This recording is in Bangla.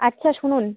আচ্ছা শুনুন